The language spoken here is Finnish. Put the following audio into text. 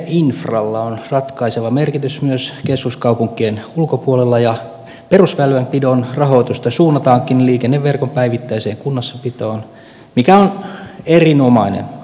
tieinfralla on ratkaiseva merkitys myös keskuskaupunkien ulkopuolella ja perusväylänpidon rahoitusta suunnataankin liikenneverkon päivittäiseen kunnossapitoon mikä on erinomainen asia